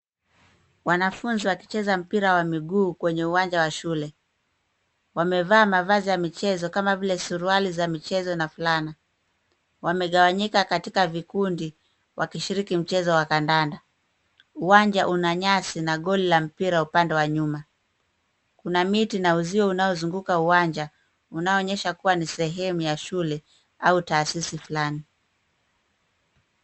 Wanafunzi wakicheza mpira wa miguu kwenye uwanja wa shule. Wamevaa mavazi ya michezo kama vile suruali za michezo na fulana. Wamegawanyika katika vikundi wakishiriki mchezo wa kandanda. Uwanja una nyasi na goli la mpira upande wa nyuma. Kuna miti na uzio unaozunguka uwanja, unaoonyesha kuwa ni sehemu ya shule au taasisi fulani.